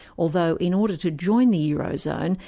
although in order to join the eurozone,